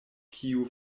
kiu